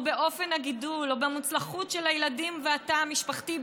או באופן הגידול או במוצלחות של הילדים והתא המשפחתי,